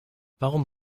warum